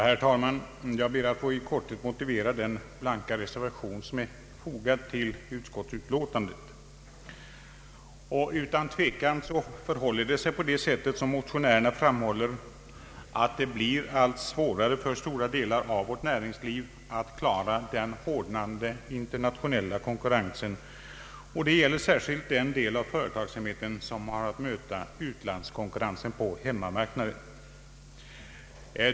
Herr talman! Jag ber att i korthet få motivera den blanka reservation som är fogad till utskottsutlåtandet. Utan tvekan blir det, som motionärerna framhåller, allt svårare för stora delar av vårt näringsliv att klara den hårdnande internationella konkurrensen. Detta gäller särskilt den del av företagsamheten som har att möta utlandskonkurrensen på vår hemmamarknad.